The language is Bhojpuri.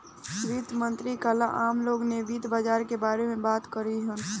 वित्त मंत्री काल्ह आम लोग से वित्त बाजार के बारे में बात करिहन